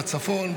בצפון,